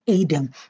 Adam